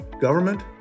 government